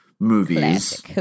movies